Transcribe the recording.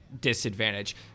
disadvantage